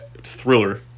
thriller